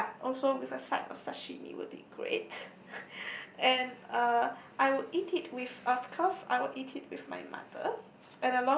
lah also with a side of sashimi will be great and uh I will eat it with of course I will eat it with my mother